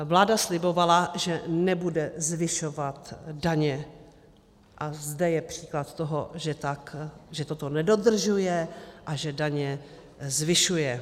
Vláda slibovala, že nebude zvyšovat daně, a zde je příklad toho, že toto nedodržuje a že daně zvyšuje.